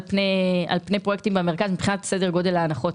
פני פרויקטים במרכז מבחינת סדר גודל ההנחות.